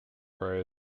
pray